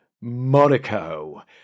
Monaco